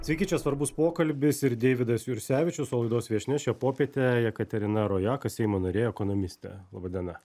sveiki čia svarbus pokalbis ir deividas jursevičius laidos viešnia šią popietę jekaterina rojaka seimo narė ekonomistė laba diena